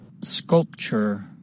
Sculpture